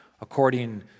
according